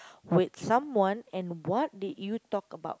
with someone and what did you talk about